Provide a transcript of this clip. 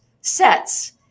sets